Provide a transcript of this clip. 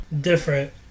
different